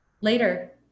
later